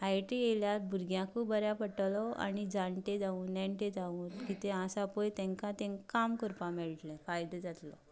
I I T येयल्यार भुरग्यांक बऱ्याक पडटलो आनी जाणटी जावं नेणटें जावं कितें आसा पळय तेंका ते काम करपाक मेळटलें फायदो जातलो